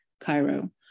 Cairo